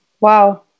wow